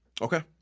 Okay